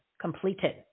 completed